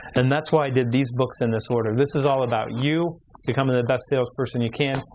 and that's why i did these books in this order. this is all about you becoming the best sales person you can,